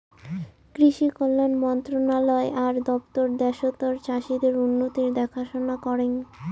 কৃষি কল্যাণ মন্ত্রণালয় আর দপ্তর দ্যাশতর চাষীদের উন্নতির দেখাশনা করেঙ